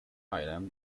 island